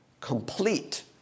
complete